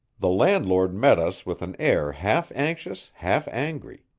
the landlord met us with an air half-anxious, half-angry.